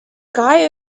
guy